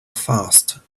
fast